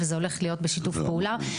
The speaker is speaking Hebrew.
זה הולך להיות בשיתוף פעולה,